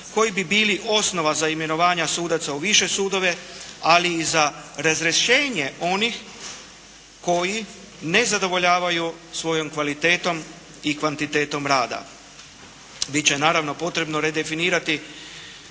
koji bi bili osnova za imenovanje sudaca u više sudove, ali i za razrješenje onih koji ne zadovoljavaju svojom kvalitetom i kvantitetom rada. Bit će naravno potrebno redefinirati